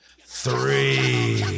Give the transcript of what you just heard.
three